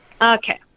Okay